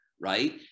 right